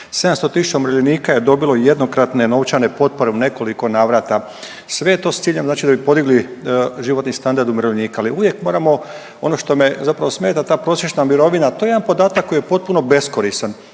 700 tisuća umirovljenika je dobilo jednokratne novčane potpore u nekoliko navrata, sve je to s ciljem znači da bi podigli životni standard umirovljenika, ali uvijek moramo, ono što me zapravo smeta ta prosječna mirovina, to je jedan podatak koji je potpuno beskoristan